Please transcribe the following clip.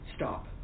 Stop